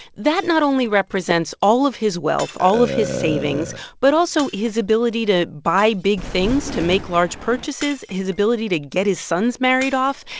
that not only represents all of his wealth, all of his savings but also his ability to buy big things, to make large purchases his ability to get his sons married off.